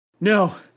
No